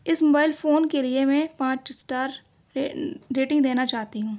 اِس mobile phone کے لیے میں پانچ اسٹار ریٹنگ دینا چاہتی ہوں